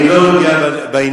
אני לא נוגע בעניין.